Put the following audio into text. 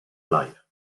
life